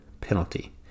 penalty